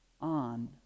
on